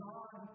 God